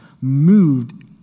moved